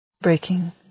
Breaking